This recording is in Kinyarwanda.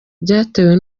byatewe